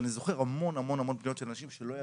ואני זוכר המון המון פניות של אנשים שלא ידעו,